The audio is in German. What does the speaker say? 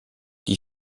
die